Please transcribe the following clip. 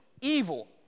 evil